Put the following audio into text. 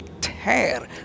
tear